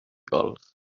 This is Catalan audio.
gols